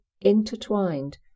intertwined